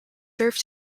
serve